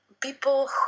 people